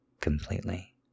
completely